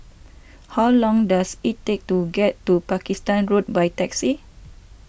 how long does it take to get to Pakistan Road by taxi